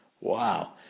Wow